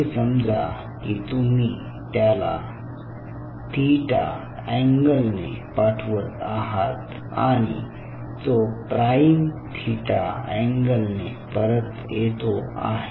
असे समजा की तुम्ही त्याला थिटा अँगलने पाठवत आहात आणि तो प्राईम थिटा अँगलने परत येतो आहे